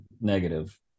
negative